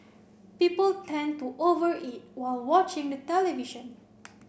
people tend to over eat while watching the television